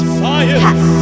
science